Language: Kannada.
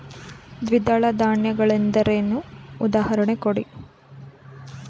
ದ್ವಿದಳ ಧಾನ್ಯ ಗಳೆಂದರೇನು, ಉದಾಹರಣೆ ಕೊಡಿ?